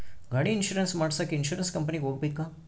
ಗಾಡಿ ಇನ್ಸುರೆನ್ಸ್ ಮಾಡಸಾಕ ಇನ್ಸುರೆನ್ಸ್ ಕಂಪನಿಗೆ ಹೋಗಬೇಕಾ?